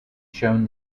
shown